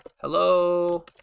Hello